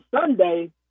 Sunday